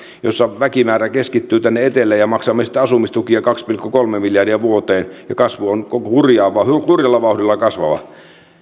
jossa väkimäärä keskittyy tänne etelään ja maksamme sitten asumistukia kaksi pilkku kolme miljardia vuodessa ja kasvu on hurjalla hurjalla vauhdilla kasvava